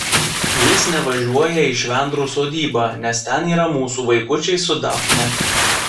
jis nevažiuoja į švendrų sodybą nes ten yra mūsų vaikučiai su dafne